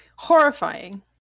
horrifying